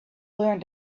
learned